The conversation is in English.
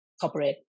corporate